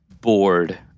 bored